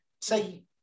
say